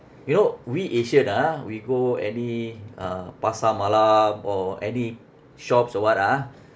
you know we asian ah we go any uh pasar malam or any shops or what ah